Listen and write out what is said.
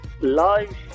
Live